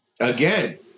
again